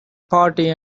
party